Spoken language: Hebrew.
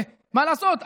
מה לעשות,